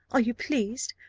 are you pleased,